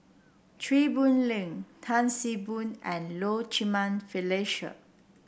Chew Boon Lay Tan See Boo and Low Jimenez Felicia